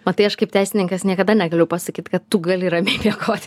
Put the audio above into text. matai aš kaip teisininkas niekada negaliu pasakyt kad tu gali ramiai miegoti